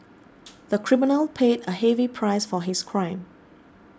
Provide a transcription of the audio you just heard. the criminal paid a heavy price for his crime